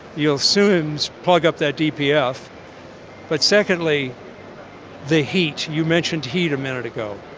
you'll soon plug up that dpf but secondly the heat, you mentioned heat a minute ago.